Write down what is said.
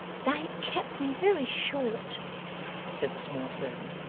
they kept me very short said the small servant.